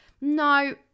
No